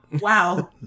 Wow